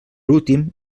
últim